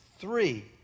three